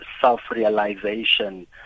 self-realization